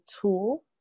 tool